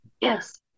Yes